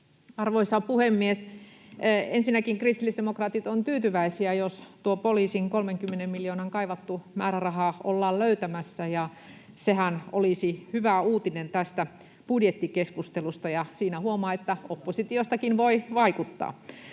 Arvoisa puhemies! Ensinnäkin kristillisdemokraatit ovat tyytyväisiä, jos tuo poliisin 30 miljoonan kaivattu määräraha ollaan löytämässä. Sehän olisi hyvä uutinen tästä budjettikeskustelusta, ja siinä huomaa, että oppositiostakin voi vaikuttaa.